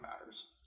matters